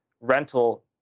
rental